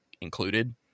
included